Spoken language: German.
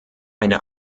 eine